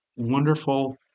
wonderful